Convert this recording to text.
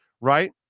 right